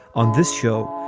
on this show,